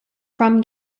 from